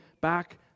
back